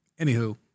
Anywho